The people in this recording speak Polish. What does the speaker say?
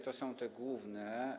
To są te główne.